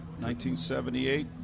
1978